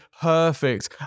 perfect